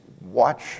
watch